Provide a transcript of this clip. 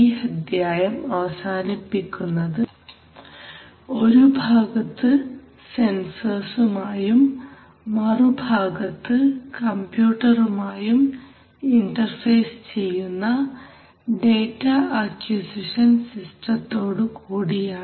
ഈ അധ്യായം അവസാനിപ്പിക്കുന്നത് ഒരു ഭാഗത്ത് സെൻസർസുമായും മറു ഭാഗത്ത് കംപ്യൂട്ടറുമായും ഇൻറർഫേസ് ചെയ്യുന്ന ഡേറ്റ അക്വിസിഷൻ സിസ്റ്റത്തോടു കൂടിയാണ്